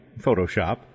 Photoshop